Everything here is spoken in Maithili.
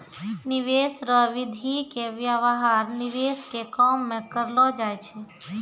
निवेश रो विधि के व्यवहार निवेश के काम मे करलौ जाय छै